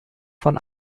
von